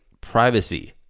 privacy